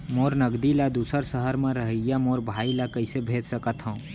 मोर नगदी ला दूसर सहर म रहइया मोर भाई ला कइसे भेज सकत हव?